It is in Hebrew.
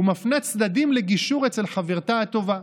ומפנה צדדים לגישור אצל חברתה הטובה,